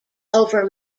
over